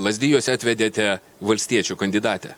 lazdijuose atvedėte valstiečių kandidatę